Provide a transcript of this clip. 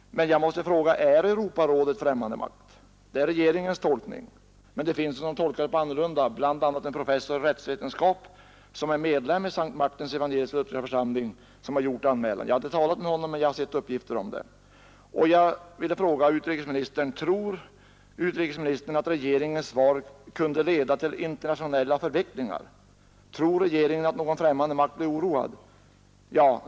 Men jag måste fråga: Är Europarådet främmande makt? Det är regeringens tolkning, men det finns personer som har en annan uppfattning, bl.a. en professor i rättsvetenskap, själv medlem av Evangelisk-lutherska S:t Martins församling i Stockholm, som står bakom ifrågavarande anmälan. Jag har inte talat med honom, men jag har sett uppgifter om det. Jag ville fråga utrikesministern: Tror utrikesministern att regeringens svar kunde leda till internationella förvecklingar? Tror regeringen att någon främmande makt är oroad?